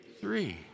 three